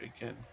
again